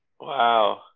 Wow